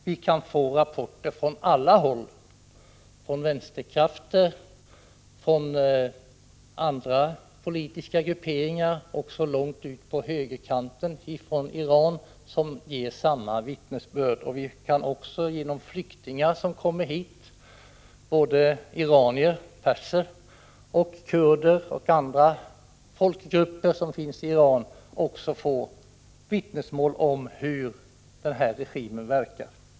Vi kan få rapporter från alla håll — från vänsterkrafter och från andra politiska grupperingar, också långt ut på högerkanten — i Iran som ger samma vittnesbörd. Vi kan också genom flyktingar som kommer hit, både iranier — perser — och kurder samt flyktingar från andra folkgrupper som finns i Iran, få vittnesmål om hur denna regim verkar.